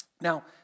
Now